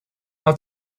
out